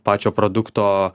pačio produkto